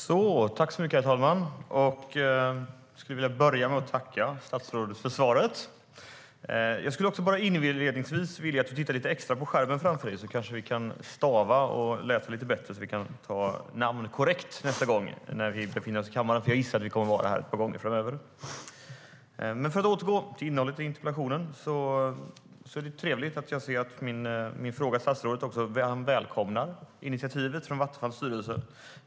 Herr talman! Jag vill börja med att tacka statsrådet för svaret. Inledningsvis vill jag påpeka att mitt namn är felstavat i det skriftliga svar som jag har fått. Jag hoppas att det kan bli korrekt nästa gång, eftersom jag inser att vi kommer att vara här några gånger framöver. Därefter återgår jag till innehållet i interpellationen. Det är trevligt att statsrådet välkomnar initiativet från Vattenfalls styrelse.